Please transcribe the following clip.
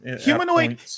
Humanoid